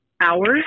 hours